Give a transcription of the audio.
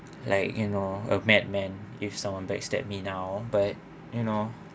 like you know a mad man if someone backstab me now but you know